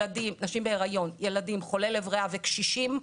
נשים בהריון, ילדים, חולי לב ריאה וקשישים,